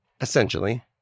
essentially